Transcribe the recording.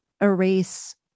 erase